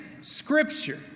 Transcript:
Scripture